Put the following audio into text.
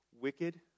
wicked